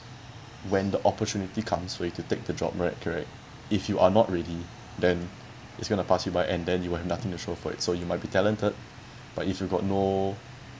when the opportunity comes for you to take the job right correct if you are not ready then it's going to pass you by and then you will have nothing to show for it so you might be talented but if you got no